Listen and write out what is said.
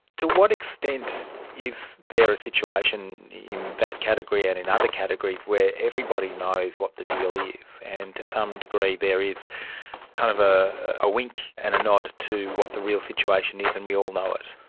to what extent is there a situation in that category and in other categories where everybody knows what the deal is, and to some degree there is kind of ah a wink and a nod to what the real situation is and we all know it?